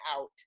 out